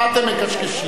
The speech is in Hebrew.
מה אתם מקשקשים?